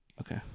Okay